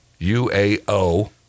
UAO